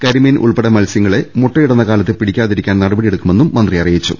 കരിമീൻ ഉൾപ്പെടെ മത്സൃങ്ങളെ മുട്ടയിടുന്ന കാലത്ത് പിടി ക്കാതിരിക്കാൻ നടപടിയെടുക്കുമെന്നും മന്ത്രി അറിയിച്ചു